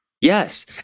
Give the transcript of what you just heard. Yes